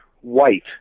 White